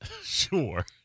Sure